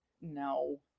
No